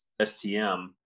STM